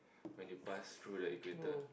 when you pass through the equator